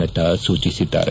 ನಡ್ಡಾ ಸೂಚಿಸಿದ್ದಾರೆ